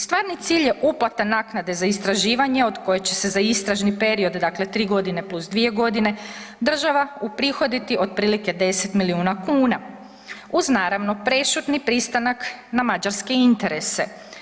Stvarni cilj je uplata naknade za istraživanje od koje će se za istražni period dakle 3 godine plus 2 godine država uprihoditi otprilike 10 miliona kuna uz naravno prešutni pristanak na mađarske interese.